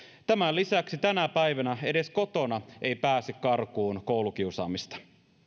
tämän lisäksi tänä päivänä edes kotona ei pääse karkuun koulukiusaamista